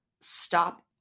stop